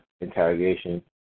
interrogation